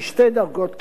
בשתי דרגות כיתה: